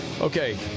Okay